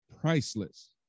priceless